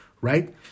right